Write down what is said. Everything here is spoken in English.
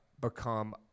become